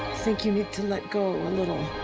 think you need to let go a little.